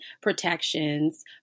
protections